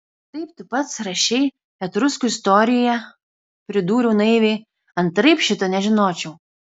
taip tu pats rašei etruskų istorijoje pridūriau naiviai antraip šito nežinočiau